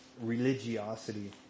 religiosity